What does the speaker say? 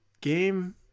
game